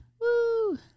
Woo